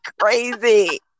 crazy